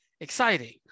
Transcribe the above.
exciting